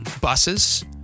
buses